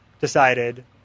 decided